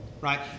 Right